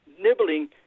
Nibbling